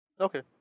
okay